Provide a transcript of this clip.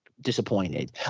disappointed